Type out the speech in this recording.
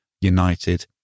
United